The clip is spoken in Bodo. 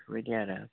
बेफोरबायदि आरो